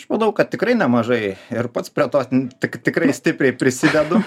aš manau kad tikrai nemažai ir pats prie to tikrai stipriai prisidedu